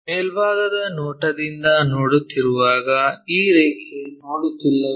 ಮೇಲ್ಭಾಗದ ನೋಟದಿಂದ ನೋಡುತ್ತಿರುವಾಗ ಈ ರೇಖೆ ನ್ನು ನೋಡುತ್ತಿಲ್ಲವೇ